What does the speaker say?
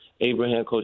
Abraham